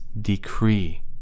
decree